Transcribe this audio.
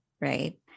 right